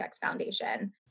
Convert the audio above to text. foundation